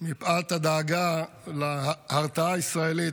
פאת הדאגה להרתעה הישראלית,